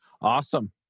Awesome